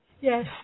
Yes